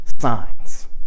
signs